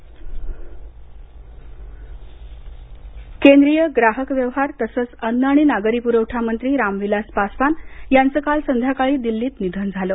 निधन राम विलास पासवान केंद्रीय ग्राहक व्यवहार तसंच अन्न आणि नागरी प्रवठा मंत्री राम विलास पासवान यांचं काल संध्याकाळी दिल्लीत निधन झालं